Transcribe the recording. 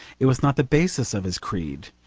it was not the basis of his creed.